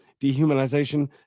Dehumanization